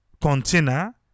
container